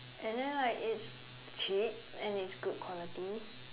and then like it's cheap and it's good quality